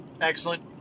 excellent